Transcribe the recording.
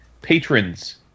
patrons